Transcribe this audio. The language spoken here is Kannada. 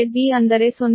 5ZB ಅಂದರೆ 0